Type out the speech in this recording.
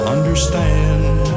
Understand